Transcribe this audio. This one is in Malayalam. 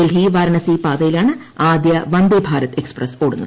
ഡൽഹി വാരണാസി പാതയിലാണ് ആദ്യ വന്ദേഭാരത് എക്സ്പ്രസ് ഓടുന്നത്